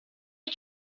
est